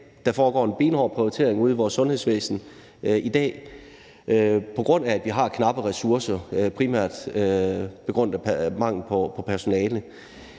Der foregår en benhård prioritering ude i vores sundhedsvæsen i dag, primært på grund af at vi har knappe ressourcer og på grund af mangel på personale.